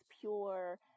pure